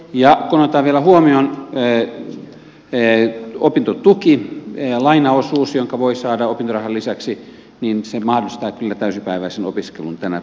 kun otetaan vielä huomioon opinto tuki lainaosuus jonka voi saada opintorahan lisäksi niin se mahdollistaa kyllä täysipäiväisen opiskelun tänä päivänä